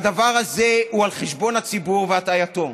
הדבר הזה הוא על חשבון הציבור והטעייתו.